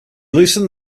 loosened